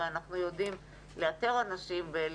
הרי אנחנו יודעים לאתר אנשים.